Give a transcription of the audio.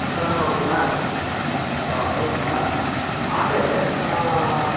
सुकरं भवति वा ओ एवं वा मासे